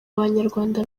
banyarwanda